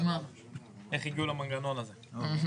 איך הגיעו למנגנון הזה.